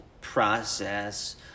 process